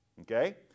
Okay